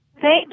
Thank